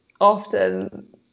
often